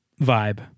vibe